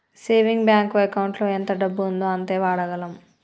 saving bank ఎకౌంటులో ఎంత డబ్బు ఉందో అంతే వాడగలం